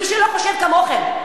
מי שלא חושב כמוכם,